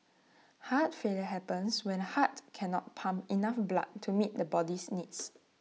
heart failure happens when the heart cannot pump enough blood to meet the body's needs